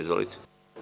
Izvolite.